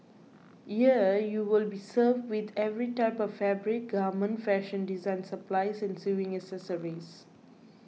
here you will be served with every type of fabric garment fashion design supplies and sewing accessories